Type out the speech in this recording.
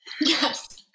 Yes